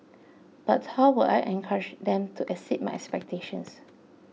but how would I encourage them to exceed my expectations